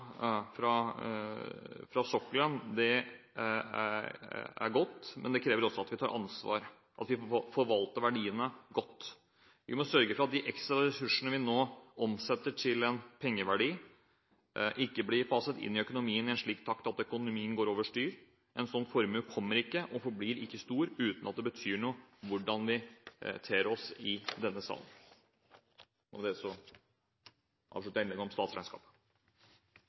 fra sokkelen, er god, men den krever også at vi tar ansvar, at vi forvalter verdiene godt. Vi må sørge for at de ekstra ressursene vi nå omsetter til en pengeverdi, ikke blir faset inn i økonomien i en slik takt at økonomien går over styr. En sånn formue kommer ikke av seg selv og forblir ikke stor hvis ikke vi ter oss ansvarlig i denne salen. Med dette anbefaler jeg innstillingen om statsregnskapet.